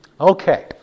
Okay